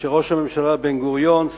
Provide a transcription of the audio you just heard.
וראש הממשלה בן-גוריון,